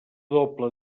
doble